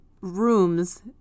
rooms